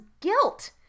guilt